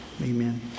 Amen